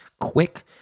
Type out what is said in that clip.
quick